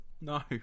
No